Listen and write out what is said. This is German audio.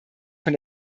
von